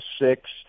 six